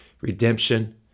Redemption